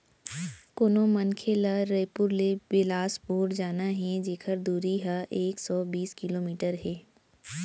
कोनो मनखे ल रइपुर ले बेलासपुर जाना हे जेकर दूरी ह एक सौ बीस किलोमीटर हे